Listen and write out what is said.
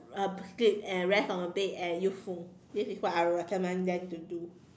um sleep and rest on the bed and use phone this is what I will recommend them to do